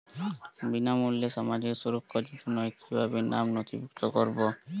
বিনামূল্যে সামাজিক সুরক্ষা যোজনায় কিভাবে নামে নথিভুক্ত করবো?